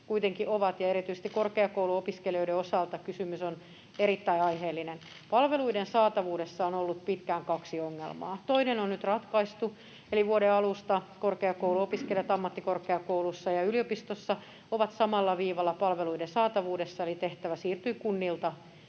kuitenkin ovat, ja erityisesti korkeakouluopiskelijoiden osalta kysymys on erittäin aiheellinen. Palveluiden saatavuudessa on ollut pitkään kaksi ongelmaa. Toinen on nyt ratkaistu, eli vuoden alusta korkeakouluopiskelijat ammattikorkeakoulussa ja yliopistossa ovat samalla viivalla palveluiden saatavuudessa, eli tehtävä siirtyy kunnilta